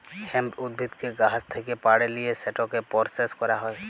hemp উদ্ভিদকে গাহাচ থ্যাকে পাড়ে লিঁয়ে সেটকে পরসেস ক্যরা হ্যয়